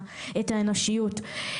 את האנושיות.